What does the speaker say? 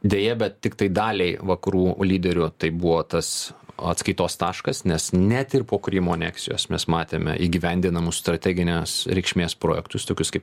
deja bet tiktai daliai vakarų lyderių tai buvo tas atskaitos taškas nes net ir po krymo aneksijos mes matėme įgyvendinamus strateginės reikšmės projektus tokius kaip